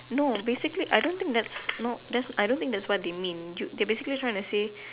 no basically I don't think that's no that's I don't think that's what they mean you they basically trying to say